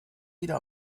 wieder